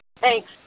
Thanks